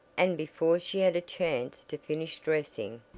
and before she had a chance to finish dressing,